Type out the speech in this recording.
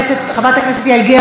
חברת הכנסת יעל גרמן,